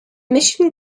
mission